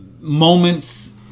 moments